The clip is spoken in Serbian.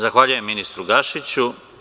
Zahvaljujem ministru Gašiću.